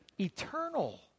eternal